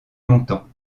longtemps